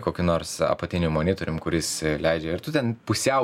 kokiu nors apatiniu monitorium kuris leidžia ir tu ten pusiau